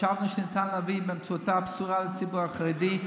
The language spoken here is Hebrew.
חשבנו שניתן להביא באמצעותה בשורה לציבור החרדי,